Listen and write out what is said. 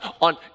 on